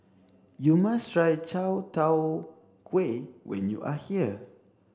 you must try Chai Tow Kuay when you are here